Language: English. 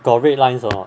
got red lines or not